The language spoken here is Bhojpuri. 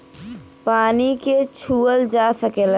पानी के छूअल जा सकेला